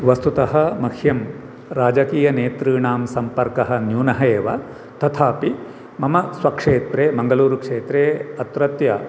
वस्तुतः मह्यं राजकीयनेतॄणां सम्पर्कः न्यूनः एव तथापि मम स्वक्षेत्रे मङ्गलूरुक्षेत्रे अत्रत्य